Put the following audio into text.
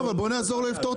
אני אומר דבר כזה,